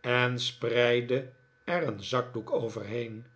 en spreidde er een zakdoek overheen